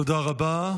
תודה רבה.